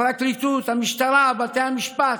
הפרקליטות, המשטרה, בתי המשפט,